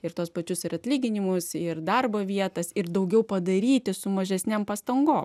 ir tuos pačius ir atlyginimus ir darbo vietas ir daugiau padaryti su mažesnėm pastango